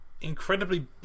incredibly